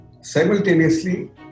simultaneously